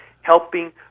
helping